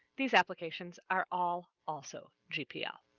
these applications are all also gpl.